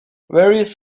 various